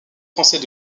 français